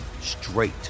straight